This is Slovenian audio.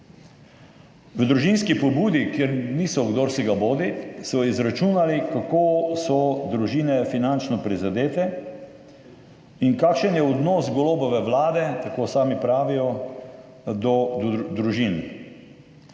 V Družinski pobudi, kjer niso kdorsibodi, so izračunali, kako so družine finančno prizadete in kakšen je odnos Golobove vlade, tako sami pravijo, do družin.